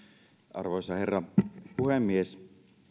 arvoisa herra puhemies